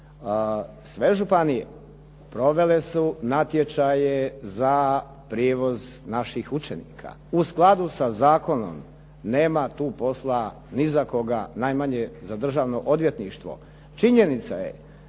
sve županije provele su natječaje za prijevoz naših učenika, u skladu sa zakonom nema tu posla ni za koga, najmanje za državno odvjetništvo. Činjenica je